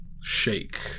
shake